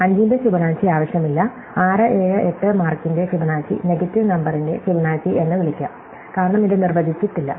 5 ന്റെ ഫിബൊനാച്ചി ആവശ്യമില്ല 6 7 8 മാർക്കിന്റെ ഫിബൊനാച്ചി നെഗറ്റീവ് നമ്പറിന്റെ ഫിബൊനാച്ചി എന്ന് വിളിക്കാം കാരണം ഇത് നിർവചിച്ചിട്ടില്ല